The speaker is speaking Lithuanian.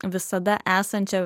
visada esančią